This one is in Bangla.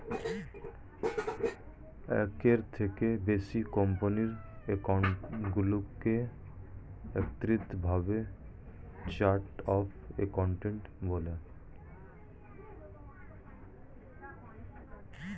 একের থেকে বেশি কোম্পানির অ্যাকাউন্টগুলোকে একত্রিত ভাবে চার্ট অফ অ্যাকাউন্ট বলে